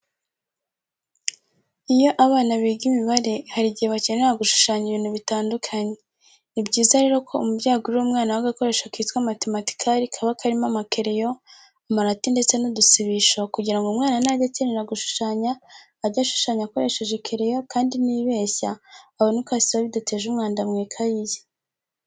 Iyo abana biga imibare, hari igihe bakenera gushushanya ibintu bitandukanye. Ni byiza rero ko umubyeyi agurira umwana we agakoresho kitwa matematikari kaba karimo amakereyo, amarati ndetse n'udusibisho, kugira ngo umwana najya akenera gushushanya, ajye ashushanya akoresheje ikereyo kandi niyibeshya abone uko asiba bidateje umwanda mu ikayi ye.